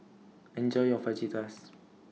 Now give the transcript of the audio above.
Enjoy your Fajitas